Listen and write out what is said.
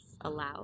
allowed